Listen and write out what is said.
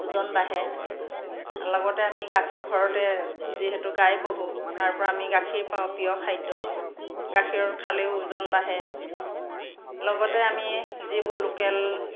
ওজন বাঢ়ে লগতে আমি গাখীৰ ঘৰতে যিহেতু গাই পোহোঁ তাৰ পৰা আমি গাখীৰ পাওঁ প্ৰিয় খাদ্য গাখীৰ খালেও ওজন বাঢ়ে লগতে আমি যিবোৰ লোকেল